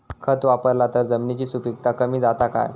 खत वापरला तर जमिनीची सुपीकता कमी जाता काय?